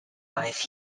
knife